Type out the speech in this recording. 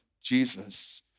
Jesus